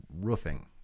roofing